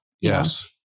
Yes